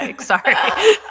sorry